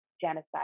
genocide